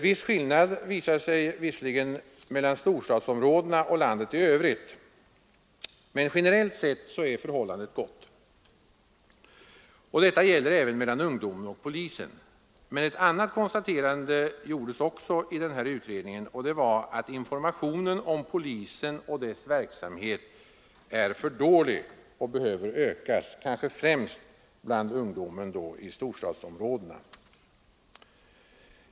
Viss skillnad visade det sig visserligen råda mellan storstadsområdena och landet i övrigt, men generellt sett är förhållandet gott. Detta gäller även mellan ungdomen och polisen. Men ett annat konstaterande gjordes också i denna utredning, och det var att informationen om polisen och dess verksamhet är för dålig och behöver ökas, kanske främst bland ungdomen i storstadsområdena.